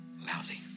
lousy